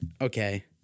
okay